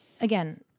again